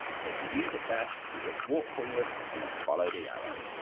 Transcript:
so to use it best we just walk forwards and then follow the arrow.